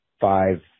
five